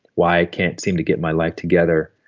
why can't seem to get my life together,